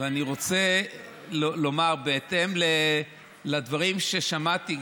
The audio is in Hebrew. אני רוצה לומר שבהתאם לדברים ששמעתי,